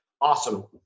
awesome